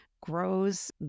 grows